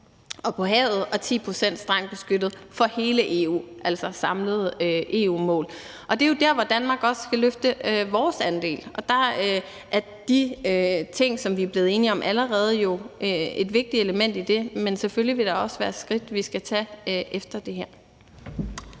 og på havet og 10 pct. strengt beskyttet areal for hele EU's vedkommende, altså det samlede EU-mål. Det er jo der, hvor vi i Danmark også skal løfte vores andel. Og der er de ting, som vi er blevet enige om, jo allerede et vigtigt element i det, men selvfølgelig vil der også være skridt, vi skal tage efter det her.